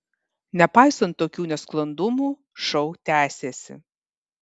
nepaisant tokių nesklandumų šou tęsėsi